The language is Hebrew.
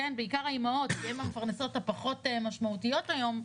בעיקר האימהות כי הן המפרנסות הפחות משמעותיות היום,